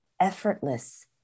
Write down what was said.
effortless